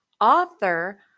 author